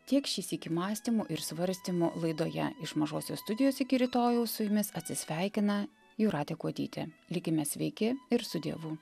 tiek šį sykį mąstymų ir svarstymų laidoje iš mažosios studijos iki rytojaus su jumis atsisveikina jūratė kuodytė likime sveiki ir su dievu